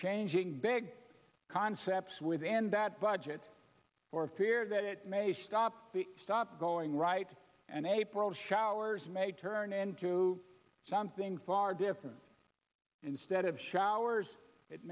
changing big concepts within that budget for fear that it may stop the stop going right and april showers may turn into something far different instead of showers it